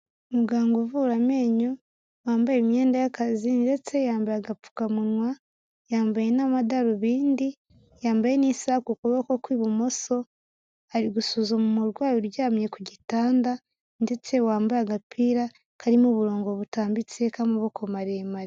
Umuganga uvura amenyo, wambaye imyenda y'akazi ndetse yambaye agapfukamunwa, yambaye n'amadarubindi, yambaye n'isaha ku kuboko ku ibumoso, ari gusuzuma umurwayi uryamye ku gitanda ndetse wambaye agapira karimo uburongo butambitse k'amaboko maremare.